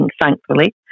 thankfully